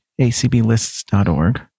acblists.org